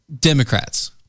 Democrats